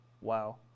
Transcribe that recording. Wow